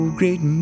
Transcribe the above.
great